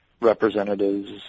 representatives